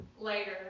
later